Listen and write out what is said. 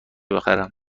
بخرم